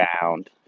bound